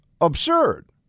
absurd